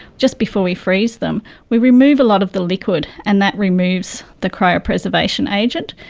just before we freeze them we remove a lot of the liquid, and that removes the cryopreservation agent.